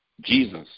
Jesus